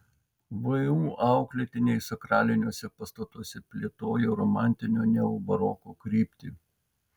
vu auklėtiniai sakraliniuose pastatuose plėtojo romantinio neobaroko kryptį